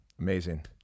Amazing